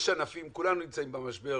יש ענפים שנמצאים במשבר,